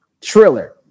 Triller